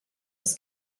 was